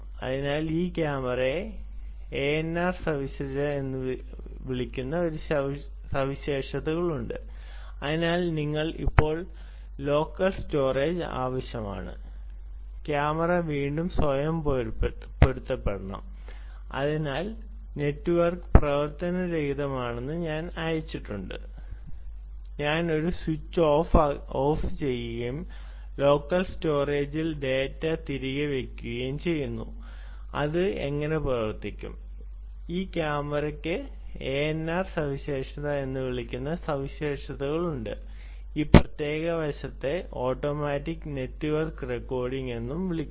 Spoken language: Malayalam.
അതിനാൽ ഈ ക്യാമറയെ ANR സവിശേഷത എന്ന് വിളിക്കുന്ന സവിശേഷതകളുണ്ട് ഈ പ്രത്യേക വശത്തെ ഓട്ടോമാറ്റിക് നെറ്റ്വർക്ക് റെക്കോർഡിംഗ് എന്നും വിളിക്കുന്നു